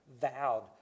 vowed